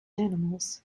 animals